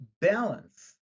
balance